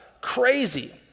Crazy